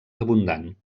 abundant